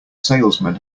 salesman